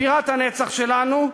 בירת הנצח שלנו,